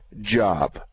job